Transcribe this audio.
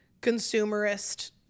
consumerist